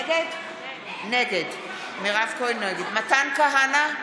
נגד מתן כהנא,